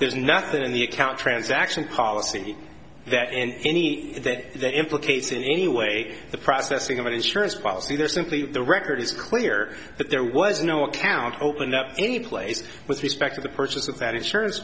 there's nothing in the account transaction policy that in any the that implicates in any way the processing of an insurance policy there's simply the record is clear that there was no account open up any place with respect to the purchase of that insurance